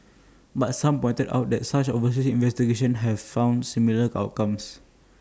but some pointed out that such overseas investigations have found similar outcomes